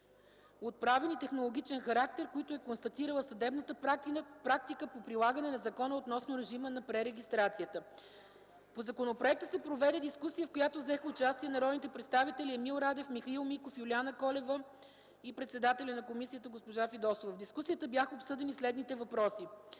от правен и технологичен характер, които е констатирала съдебната практика по прилагане на закона относно режима на прерeгистрация. По законопроекта се проведе дискусия, в която взеха участие народните представители Емил Радев, Михаил Миков, Юлиана Колева и председателят на комисията госпожа Искра Фидосова. В дискусията бяха обсъдени следните въпроси: